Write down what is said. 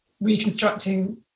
reconstructing